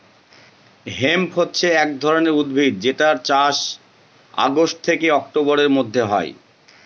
hemp হছে এক ধরনের উদ্ভিদ যেটার চাষ অগাস্ট থেকে অক্টোবরের মধ্যে হয়